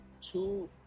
two